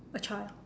a child